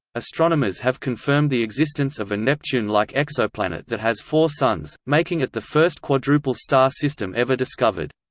astronomers have confirmed the existence of a neptune-like exoplanet that has four suns, making it the first quadruple star system ever discovered.